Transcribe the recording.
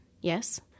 Yes